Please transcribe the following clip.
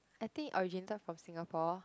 I think it originated from Singapore